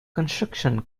construction